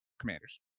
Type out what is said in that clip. Commanders